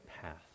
path